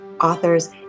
authors